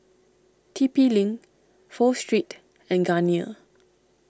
T P Link Pho Street and Garnier